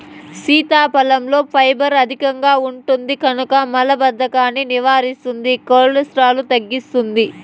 సీతాఫలంలో ఫైబర్ అధికంగా ఉంటుంది కనుక మలబద్ధకాన్ని నివారిస్తుంది, కొలెస్ట్రాల్ను తగ్గిస్తుంది